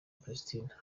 palestina